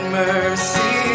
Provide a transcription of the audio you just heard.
mercy